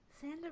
Santa